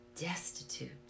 destitute